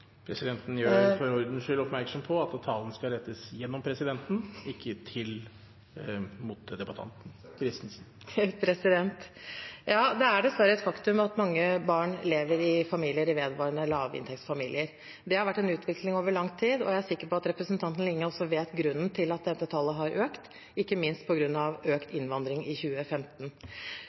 Presidenten gjør for ordens skyld oppmerksom på at talen skal rettes til presidenten og ikke til motdebattanten. Det er dessverre et faktum at mange barn lever i familier med vedvarende lavinntekt. Det har vært en utvikling over lang tid, og jeg er sikker på at representanten Linge også vet grunnen til at dette tallet har økt; det er ikke minst på grunn av økt innvandring i 2015.